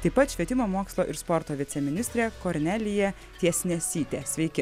taip pat švietimo mokslo ir sporto viceministrė kornelija tiesnesytė sveiki